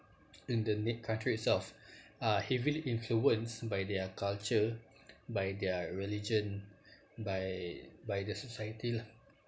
in the nic~ country itself are heavily influenced by their culture by their religion by by the society lah